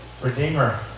Redeemer